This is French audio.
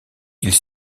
ils